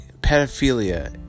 pedophilia